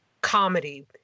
comedy